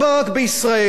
המודל הזה,